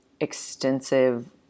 extensive